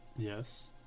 yes